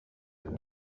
and